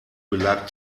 belag